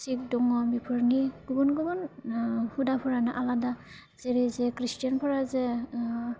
शिब दङ बेफोरनि गुबुन गुबन हुदाफोरानो आलादा जेरै जे ख्रिष्टानफोरा जे